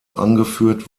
angeführt